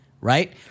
right